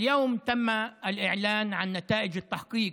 (אומר דברים בשפה הערבית,